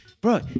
bro